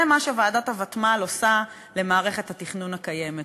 זה מה שהוותמ"ל עושה למערכת התכנון הקיימת.